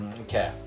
Okay